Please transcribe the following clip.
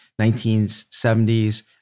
1970s